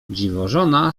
dziwożona